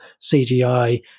CGI